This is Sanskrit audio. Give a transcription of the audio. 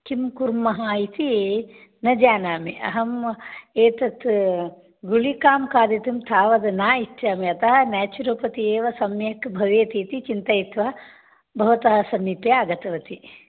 किं कुर्मः इति न जानामि अहम् एतत् गुळिकां खादितुं तावद् न इच्छामि अतः न्याचुरोपति एव सम्यक् भवेत् इति चिन्तयित्वा भवतः समीपे आगतवती